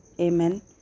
amen